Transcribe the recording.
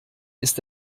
ist